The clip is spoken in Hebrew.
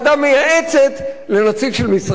לנציג של משרד האנרגיה והמים.